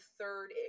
third